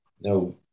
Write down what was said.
no